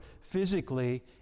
physically